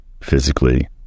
physically